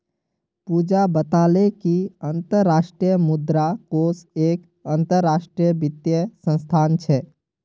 पूजा बताले कि अंतर्राष्ट्रीय मुद्रा कोष एक अंतरराष्ट्रीय वित्तीय संस्थान छे